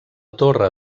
torre